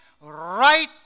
right